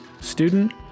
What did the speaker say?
student